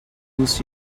lose